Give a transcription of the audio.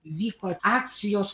vyko akcijos